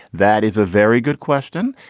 that is a very good question.